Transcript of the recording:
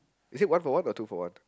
is it one for one or two for one